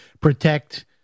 protect